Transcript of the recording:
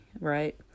right